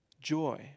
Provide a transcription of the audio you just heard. joy